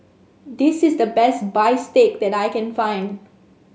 this is the best Bistake that I can find